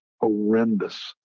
horrendous